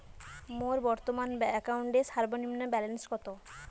মোর বর্তমান অ্যাকাউন্টের সর্বনিম্ন ব্যালেন্স কত?